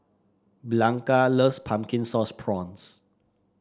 Blanca loves Pumpkin Sauce Prawns